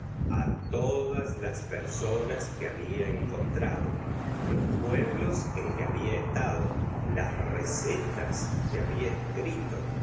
otras todas las personas que había encontrado los pueblos en que había estado las recetas que había escrito